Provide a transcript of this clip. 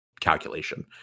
calculation